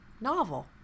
novel